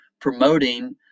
promoting